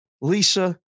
Lisa